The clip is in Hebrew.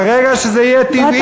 ברגע שזה יהיה טבעי,